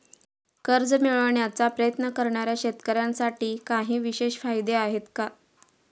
कर्ज मिळवण्याचा प्रयत्न करणाऱ्या शेतकऱ्यांसाठी काही विशेष फायदे आहेत का?